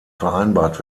vereinbart